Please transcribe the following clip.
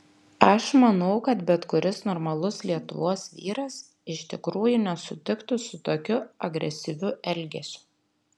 aš manau kad bet kuris normalus lietuvos vyras iš tikrųjų nesutiktų su tokiu agresyviu elgesiu